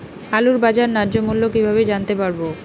আলুর বাজার ন্যায্য মূল্য কিভাবে জানতে পারবো?